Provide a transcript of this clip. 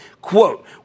Quote